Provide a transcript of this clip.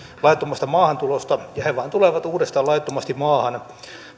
laittomasta maahantulosta ja he vain tulevat uudestaan laittomasti maahan